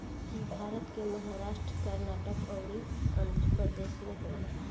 इ भारत के महाराष्ट्र, कर्नाटक अउरी आँध्रप्रदेश में होला